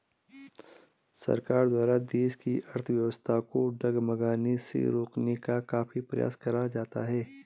सरकार द्वारा देश की अर्थव्यवस्था को डगमगाने से रोकने का काफी प्रयास करा जाता है